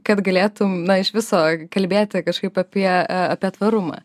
kad galėtum na iš viso kalbėti kažkaip apie apie tvarumą